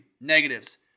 Negatives